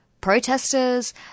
protesters